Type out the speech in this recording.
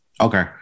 Okay